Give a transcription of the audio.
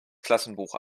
klassenbuch